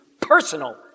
personal